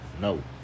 No